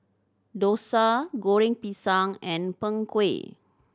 dosa Goreng Pisang and Png Kueh